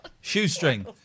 Shoestring